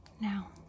Now